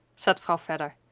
said vrouw vedder.